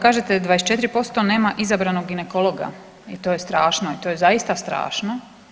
Kažete 24% nema izabranog ginekologa i to je strašno i to je zaista strašno.